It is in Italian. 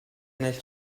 nel